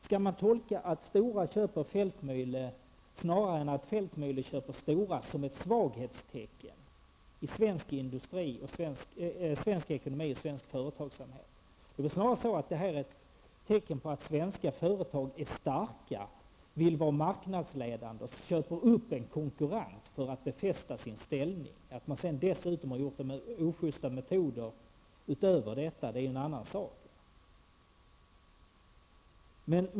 Skall man tolka det så att Stora köper Feldtmühle snarare än att Feldtmühle köper Stora, och är det ett svaghetstecken i svensk ekonomi och företagsamhet? Det är väl snarare ett tecken på att svenska företag är starka, vill vara marknadsledande och köper upp konkurrenter för att befästa sin ställning. Att man sedan dessutom har gjort det med ojusta metoder är en annan sak.